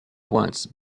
once